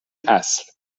اصل